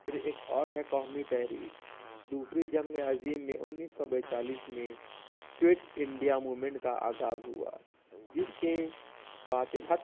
پھر ایک اور ہے قومی تحریک دوسری جنگ عظیم میں انیس سو چالیس میں کوئٹ انڈیا مومنٹ کا آغاز ہوا جس کے بات حق